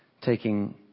taking